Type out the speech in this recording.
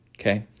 Okay